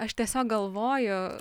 aš tiesiog galvoju